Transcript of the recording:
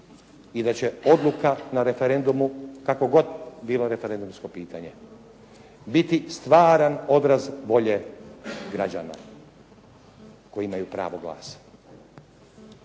i da će odluka na referendumu kakvo god bilo referendumsko pitanje biti stvaran odraz volje građana koji imaju pravo glasa.